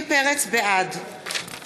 בעד